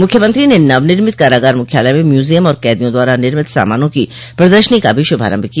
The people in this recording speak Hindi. मुख्यमंत्री ने नवनिर्मित कारागार मुख्यालय में म्यूजियम और कैदियों द्वारा निर्मित सामानों की प्रदर्शनी का भी शुभारम्भ किया